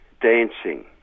dancing